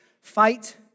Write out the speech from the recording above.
fight